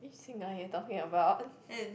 which singer you talking about